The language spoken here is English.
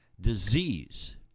disease